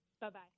Bye-bye